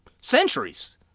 centuries